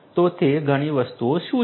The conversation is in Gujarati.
તો તે ઘણી વસ્તુઓ શું છે